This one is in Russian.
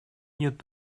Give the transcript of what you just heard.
нет